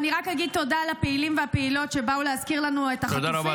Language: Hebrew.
אני רק אגיד תודה לפעילים ולפעילות שבאו להזכיר לנו את החטופים